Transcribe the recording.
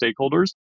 stakeholders